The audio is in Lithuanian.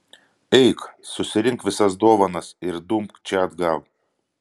eik susirink visas dovanas ir dumk čia atgal